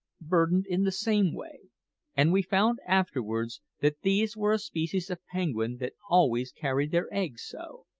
burdened in the same way and we found afterwards that these were a species of penguin that always carried their eggs so.